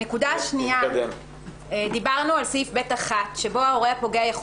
הנקודה השנייה דיברנו על סעיף (ב)(1) שבו ההורה הפוגע יכול